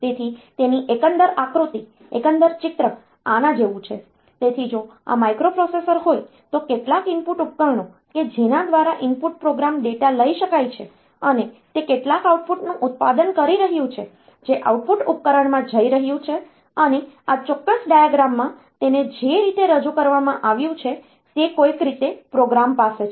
તેથી તેની એકંદર આકૃતિ એકંદર ચિત્ર આના જેવું છે તેથી જો આ માઇક્રોપ્રોસેસર હોય તો કેટલાક ઇનપુટ ઉપકરણો કે જેના દ્વારા ઇનપુટ પ્રોગ્રામ ડેટા લઈ શકાય છે અને તે કેટલાક આઉટપુટનું ઉત્પાદન કરી રહ્યું છે જે આઉટપુટ ઉપકરણમાં જઈ રહ્યું છે અને આ ચોક્કસ ડાયાગ્રામમાં તેને જે રીતે રજૂ કરવામાં આવ્યું છે તે કોઈક રીતે પ્રોગ્રામ પાસે છે